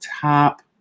top